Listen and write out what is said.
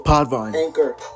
Anchor